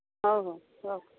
ହଉ ହଉ ରଖ